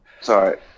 sorry